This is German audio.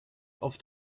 auf